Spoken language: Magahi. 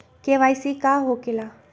के.वाई.सी का हो के ला?